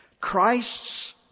Christ's